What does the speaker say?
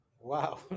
Wow